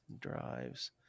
drives